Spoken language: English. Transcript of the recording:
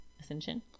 Ascension